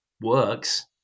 works